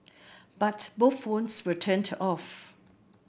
but both phones were turned off